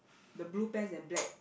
the blue pants and black